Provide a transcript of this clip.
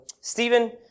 Stephen